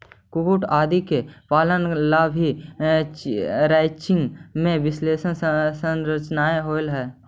कुक्कुट आदि के पालन ला भी रैंचिंग में विशेष संरचनाएं होवअ हई